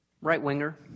right-winger